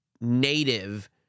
native